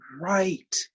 right